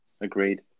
Agreed